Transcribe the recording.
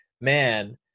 man